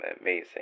amazing